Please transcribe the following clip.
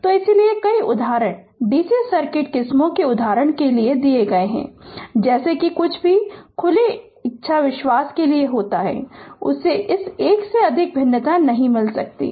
तो इसीलिए कई उदाहरण DC सर्किट किस्मों के उदाहरण के लिए दे रहे है जैसे कि जो कुछ भी खुले इच्छा विश्वास के लिए होता है उसे इस एक से अधिक भिन्नता नहीं मिल सकती है